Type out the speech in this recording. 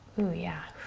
ooh, yeah.